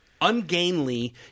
ungainly